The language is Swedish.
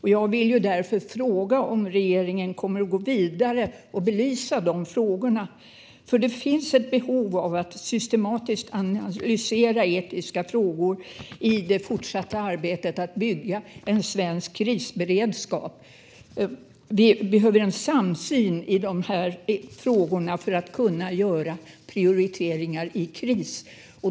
Jag vill därför fråga om regeringen kommer att gå vidare och belysa dessa frågor. Det finns ett behov av att systematiskt analysera etiska frågor i det fortsatta arbetet med att bygga en svensk krisberedskap. Vi behöver en samsyn i frågorna för att kunna göra prioriteringar i kris.